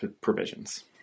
provisions